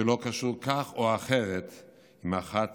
שלא קשור כך או אחרת עם אחת